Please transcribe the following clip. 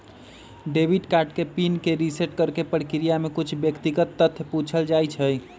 debit card के pin के reset करेके प्रक्रिया में कुछ व्यक्तिगत तथ्य पूछल जाइ छइ